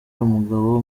umugabo